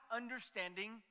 understanding